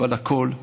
אבל הכול בצנעה,